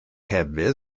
hefyd